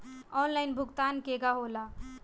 Online भुगतान केगा होला?